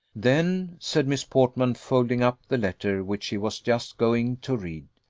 then, said miss portman, folding up the letter which she was just going to read,